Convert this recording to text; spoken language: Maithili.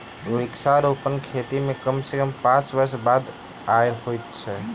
वृक्षारोपण खेती मे कम सॅ कम पांच वर्ष बादे आय होइत अछि